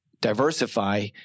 diversify